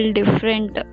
different